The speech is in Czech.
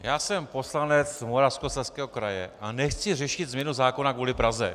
Já jsem poslanec Moravskoslezského kraje a nechci řešit změnu zákona kvůli Praze.